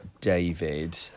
David